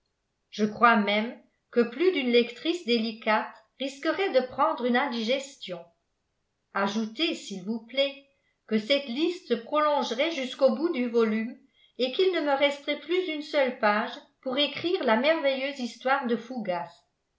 je crois même que plus d'une lectrice délicate risquerait de prendre une indigestion ajoutez s'il vous plaît que cette liste se prolongerait jusqu'au bout du volume et qu'il ne me resterait plus une seule page pour écrire la merveilleuse histoire de fougas